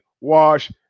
wash